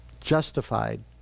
Justified